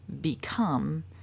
become